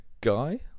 guy